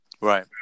right